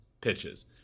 pitches